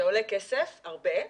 זה עולה כסף, הרבה,